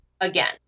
again